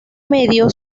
medio